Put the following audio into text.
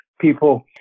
people